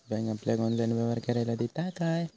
Bank आपल्याला online व्यवहार करायला देता काय?